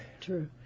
True